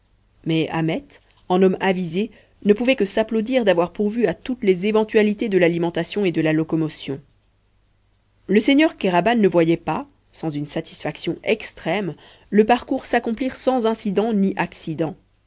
mais ahmet en homme avisé ne pouvait que s'applaudir d'avoir pourvu à toutes les éventualités de l'alimentation et de la locomotion le seigneur kéraban ne voyait pas sans une satisfaction extrême le parcours s'accomplir sans incidents ni accidents